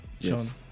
yes